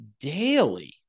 daily